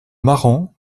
marans